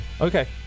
Okay